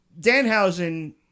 Danhausen